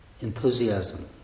enthusiasm